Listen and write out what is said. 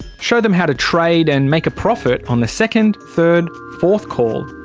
show them how to trade and make a profit on the second, third, fourth call.